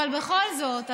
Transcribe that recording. אבל בכל זאת,